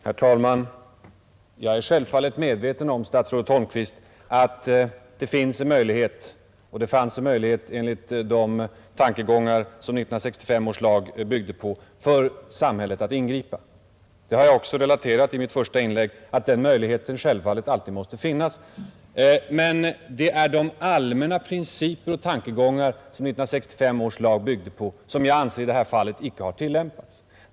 Herr talman! Jag är självfallet medveten om, statsrådet Holmqvist, att det enligt de tankegångar som 1965 års lag bygger på finns en möjlighet för samhället att ingripa. Jag har också framhållit i mitt första inlägg att den möjligheten alltid måste finnas. Men jag anser att de allmänna principer och tankegångar som 1965 års lag bygger på icke har tillämpats i det här fallet.